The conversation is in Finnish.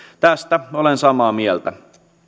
tästä olen samaa mieltä